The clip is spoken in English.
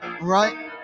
Right